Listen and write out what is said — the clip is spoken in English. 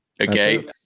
Okay